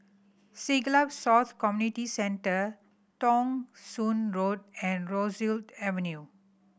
Siglap South Community Centre Thong Soon Road and Rosyth Avenue